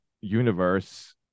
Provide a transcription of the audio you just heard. universe